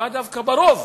הפגיעה דווקא ברוב,